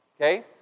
okay